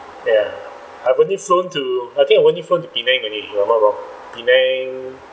ya I've only flown to I think I only flown to penang only if I'm not wrong penang